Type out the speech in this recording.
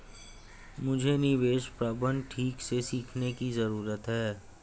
मुझे निवेश प्रबंधन ठीक से सीखने की जरूरत है